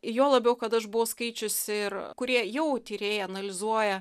juo labiau kad aš buvau skaičiusi ir kurie jau tyrėjai analizuoja